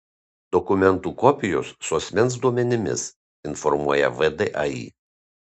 dokumentų kopijos su asmens duomenimis informuoja vdai